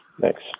Thanks